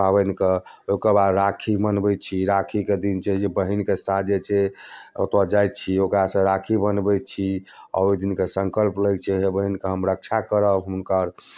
पाबनिके ओकर बाद राखी मनबैत छी राखीके दिन छै जे बहिनके साथ जे छै ओतऽ जाइत छी ओकरासँ राखी बन्हबैत छी ओहिदिन कऽ संकल्प लै छै हे बहिन कऽ हम रक्षा करब हुनकर